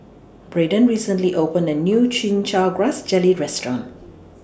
Braden recently opened A New Chin Chow Grass Jelly Restaurant